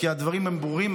כי הדברים הם ברורים,